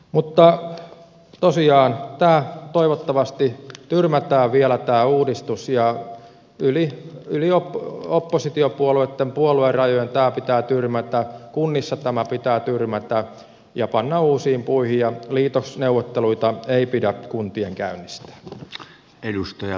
mutta tosiaan tämä uudistus toivottavasti tyrmätään vielä ja yli oppositiopuolueitten puoluerajojen tämä pitää tyrmätä kunnissa tämä pitää tyrmätä ja panna uusiin puihin ja liitosneuvotteluita ei pidä kuntien käynnistää